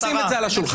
שנשים את זה על השולחן.